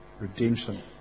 Redemption